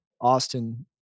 austin